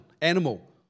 animal